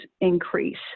increase